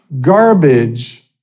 garbage